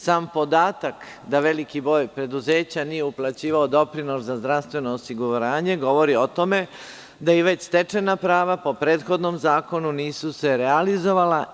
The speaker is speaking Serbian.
Sam podatak da veliki broj preduzeća nije uplaćivao doprinose zdravstveno osiguranje govori o tome da se i već stečena prava po prethodnom zakonu nisu realizovala.